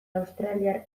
australiar